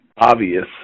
obvious